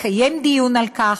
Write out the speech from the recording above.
תקיים דיון על כך,